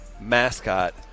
mascot –